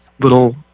little